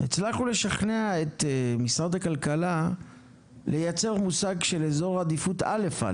הצלחנו לשכנע את משרד הכלכלה לייצר מושג שנקרא אזור עדיפות א-א.